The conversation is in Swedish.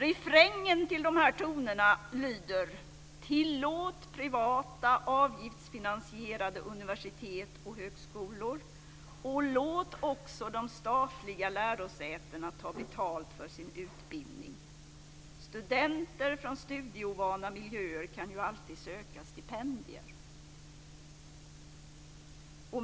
Refrängen till de här tonerna lyder: Tillåt privata avgiftsfinansierade universitet och högskolor, och låt också de statliga lärosätena ta betalt för sin utbildning! Studenter från studieovana miljöer kan ju alltid söka stipendier.